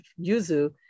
yuzu